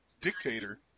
dictator